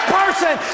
person